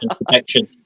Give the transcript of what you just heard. protection